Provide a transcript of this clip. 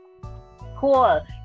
Cool